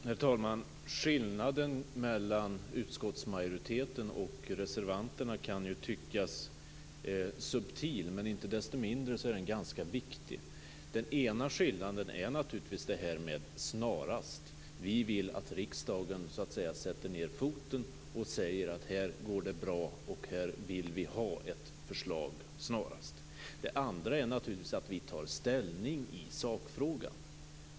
Herr talman! Skillnaderna mellan utskottsmajoriteten och reservanterna kan tyckas subtila, men inte desto mindre är de ganska viktiga. Den ena skillnaden är naturligtvis detta med "snarast". Vi vill att riksdagen sätter ned foten och säger: Här går det bra, och här vill vi ha ett förslag snarast. Den andra är att vi tar ställning i sakfrågan.